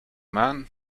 man